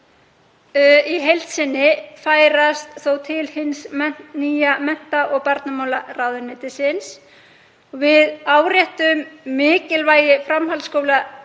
í heild sinni færast þó til hins nýja mennta- og barnamálaráðuneytis. Við áréttum mikilvægi framhaldsskólastigsins